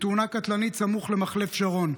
בתאונה קטלנית סמוך למחלף שרון.